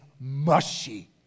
mushy